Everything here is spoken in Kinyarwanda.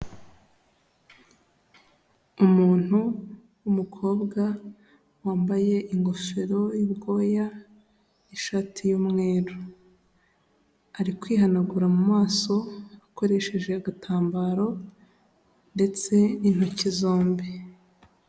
Umuntu w'umukobwa wambaye ingofero y'ubwoya n'ishati y'umweru, ari kwihanagura mu maso akoresheje agatambaro ndetse n'intoki zombi.